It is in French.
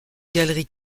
galeries